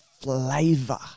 flavor